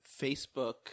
Facebook